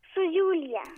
su julija